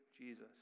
Jesus